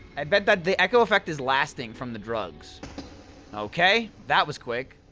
i bet that the echo effect is lasting from the drugs okay, that was quick